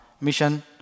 mission